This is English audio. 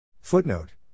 Footnote